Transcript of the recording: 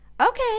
Okay